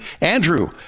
Andrew